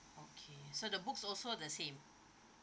okay so the books also the same